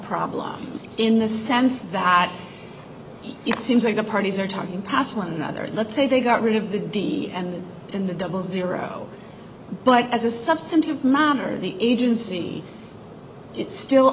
problem in the sense that it seems like the parties are talking past one another let's say they got rid of the d and and the double zero but as a substantive mommer the agency it still